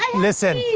listen, yeah